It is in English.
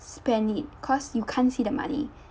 spend it cause you can't see the money